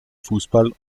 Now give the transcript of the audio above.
fußball